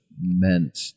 meant